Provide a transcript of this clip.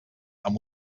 amb